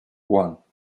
one